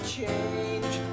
change